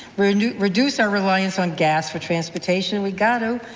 reduce reduce our reliance on gas for transportation, we got to,